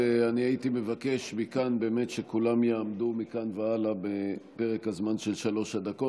ואני הייתי מבקש באמת שמכאן והלאה כולם יעמדו בפרק הזמן של שלוש הדקות.